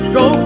go